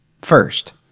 First